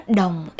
đồng